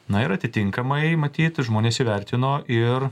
na ir atitinkamai matyt žmonės įvertino ir